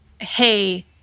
hey